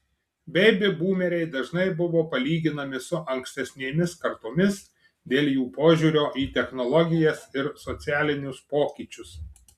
beibi būmeriai dažnai buvo palyginami su ankstesnėmis kartomis dėl jų požiūrio į technologijas ir socialinius pokyčius